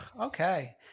Okay